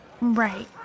Right